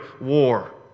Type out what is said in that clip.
war